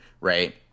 right